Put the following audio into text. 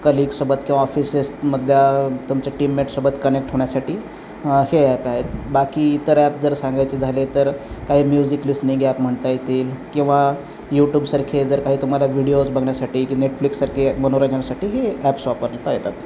कलिगसोबत किंवा ऑफिसेसमध्ये तुमचे टीममेटसोबत कनेक्ट होण्यासाठी हे ॲप आहेत बाकी इतर ॲप जर सांगायचे झाले तर काही म्युझिक लिसनिंग ॲप म्हणता येतील किंवा यूट्यूबसारखे जर काही तुम्हाला व्हिडीओज बघण्यासाठी की नेटफ्लिकसारखे मनोरंजनासाठी हे ॲप्स वापरता येतात